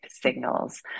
signals